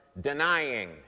...denying